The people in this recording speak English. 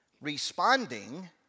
responding